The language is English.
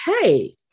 Hey